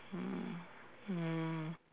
mm mm